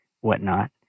whatnot